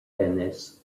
dennis